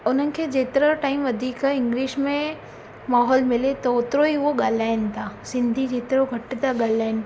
हुनखे जेतिरो टाइम वधीक इंग्लिश में माहोलु मिले थो ओतिरो ई उहो ॻाल्हाइनि था सिंधी जेतिरो घटि था ॻाल्हाइनि